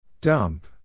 Dump